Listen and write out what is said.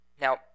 Now